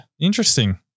Interesting